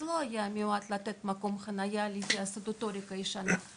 בזמנו זה לא היה מיועד לתת מקום חניה מיועד לפי הסטטוטוריקה הישנה,